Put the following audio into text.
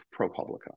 ProPublica